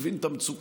מבין את המצוקה,